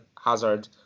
hazard